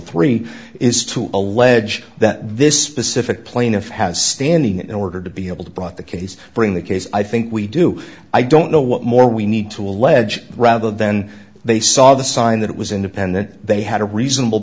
three is to alleged that this specific plaintiff has standing in order to be able to brought the case bring the case i think we do i don't know what more we need to allege rather then they saw the sign that it was independent they had a reasonable